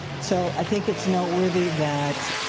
so i think it's noteworthy that